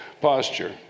posture